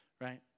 right